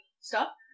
stop